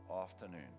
afternoon